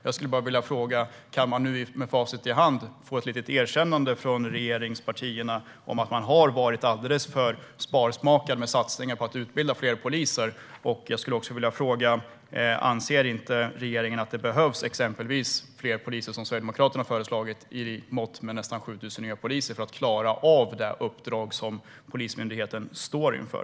Jag skulle därför vilja fråga: Kan vi nu med facit i hand få ett litet erkännande från regeringspartierna att man har varit alldeles för sparsmakad med satsningen på att utbilda fler poliser? Jag skulle också vilja fråga: Anser inte regeringen att det, liksom Sverigedemokraterna har föreslagit, behövs uppemot 7 000 nya poliser för att klara av det uppdrag som Polismyndigheten står inför?